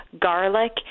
garlic